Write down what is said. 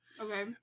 Okay